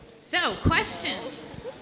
so questions?